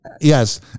Yes